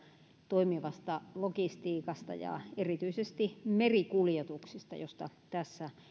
toimivasta logistiikasta ja erityisesti merikuljetuksista joista tässä